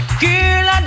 girl